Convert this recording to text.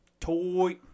Toy